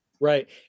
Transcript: Right